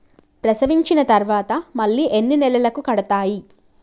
ప్రసవించిన తర్వాత మళ్ళీ ఎన్ని నెలలకు కడతాయి?